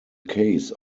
case